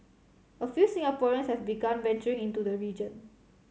a few Singaporeans have begun venturing into the region